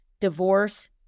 Divorce